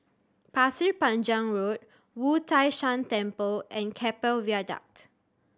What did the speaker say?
Pasir Panjang Road Wu Tai Shan Temple and Keppel Viaduct